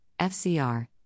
FCR